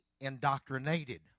indoctrinated